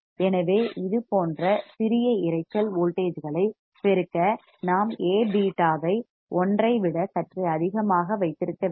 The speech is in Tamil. எனவே இதுபோன்ற சிறிய இரைச்சல் நாய்ஸ் வோல்டேஜ்களை பெருக்க நாம் A β ஐ 1 ஐ விட சற்றே அதிகமாக வைத்திருக்க வேண்டும்